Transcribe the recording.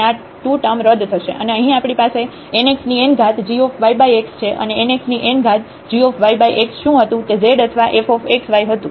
અને આ 2 ટર્મ રદ થશે અને અહીં આપણી પાસે nxngyx છે અને nxngyx શું હતું તે z અથવા fx y હતું